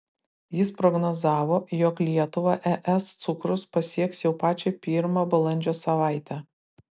jis prognozavo jog lietuvą es cukrus pasieks jau pačią pirmą balandžio savaitę